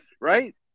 Right